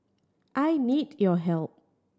I need your help